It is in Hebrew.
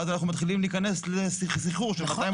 ואז אנחנו מתחילים להיכנס לסחרור של 250